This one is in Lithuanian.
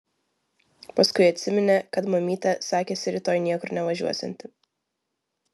paskui atsiminė kad mamytė sakėsi rytoj niekur nevažiuosianti